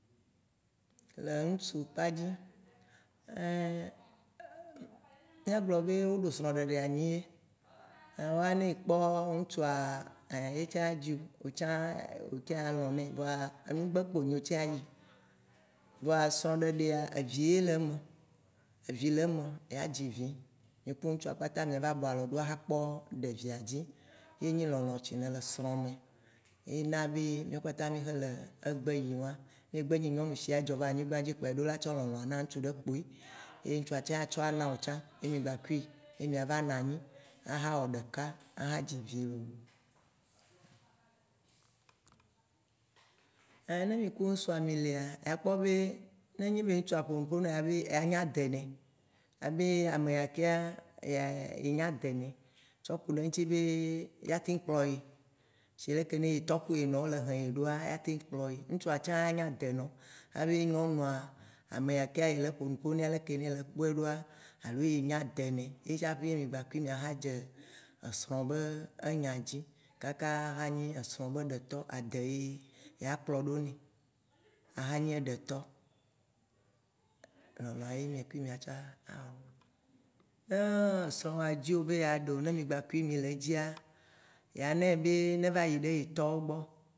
Le ŋtsu kpadzi, mìagblɔ be woɖo srɔ̃ɖeɖe anyi ye, nyawoa ne ekpɔ ŋtsua, yetsã adziwò, wò tsã alɔ̃ nɛ. Voa enugbe kpo enyo wò tsã ayi. Vɔa srɔ̃ɖeɖea, evi ye le eme, evi le eme, ya dzi vi, mì ku ŋtsua kpata mìava bɔ alɔ ɖo axɔ kpɔ via dzi, ye nyi lɔlɔ tsi ne le srɔ̃ me, ye na be mìɔ kpata mì xe le egbe yi wã. Ne egbe nyi nyɔnu adzɔ va anyigbã dzi kpoa, eɖo la tsɔ lɔ̃lɔ̃ na ŋtsu ɖe kpoe, ye ŋtsua tsã atsɔ ana wotsã, ye mì gbakui ye mìava na anyi aha wɔ ɖeka aha dzi vi lo Ne mì ku ŋusua mì lea, ya kpɔ be, ne nye be ŋtsua ƒo nu ƒo ne yea, anya de nɛ, abe ameya keŋa ye nya de nɛ, tsɔ ku ɖe eŋti be, ya teŋ kplɔ ye, sie leke ne ye tɔ kple ye nɔ wole he ye ɖoa, ya teŋ kplɔ ye. Ŋtsua tsã ya nya de nɔ, abe nyɔnua, ame ya ka ye le ƒo nu ƒo nea, leke ne ye le kpɔeɖoa, alo ye nya de nɛ. Ye tsaƒe mìa kui mìa xa dze, esrɔ̃ be enya dzi, kaka ava nyi esrɔ̃ be ɖetɔ, ade yi yea kplɔɖo nɛ aha nyi eɖetɔ. Lɔlɔ ye mi kui miatsɔ awɔ nui. Ne srɔ̃woa dziwò be yeaɖewo, ye mi kpakui mì le edzia, ya nɛ be neva yi ɖe ye tɔwo gbɔ